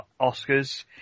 Oscars